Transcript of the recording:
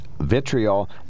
vitriol